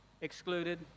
excluded